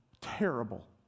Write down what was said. terrible